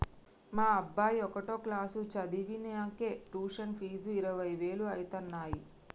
మా అబ్బాయి ఒకటో క్లాసు చదవనీకే ట్యుషన్ ఫీజు ఇరవై వేలు అయితన్నయ్యి